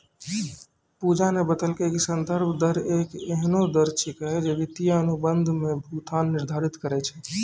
पूजा न बतेलकै कि संदर्भ दर एक एहनो दर छेकियै जे वित्तीय अनुबंध म भुगतान निर्धारित करय छै